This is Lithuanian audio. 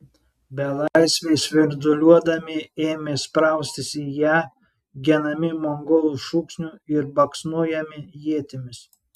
belaisviai svirduliuodami ėmė spraustis į ją genami mongolų šūksnių ir baksnojami ietimis